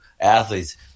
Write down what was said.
athletes